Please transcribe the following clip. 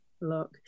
look